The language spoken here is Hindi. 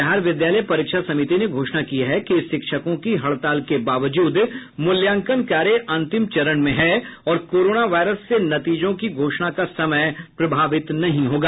बिहार विद्यालय परीक्षा समिति ने घोषणा की है कि शिक्षकों की हड़ताल के वाबजूद मूल्यांकन कार्य अंतिम चरण में है और कोरोना वायरस से नतीजों की घोषणा का समय प्रभावित नहीं होगा